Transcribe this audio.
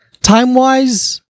time-wise